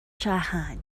jahan